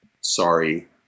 sorry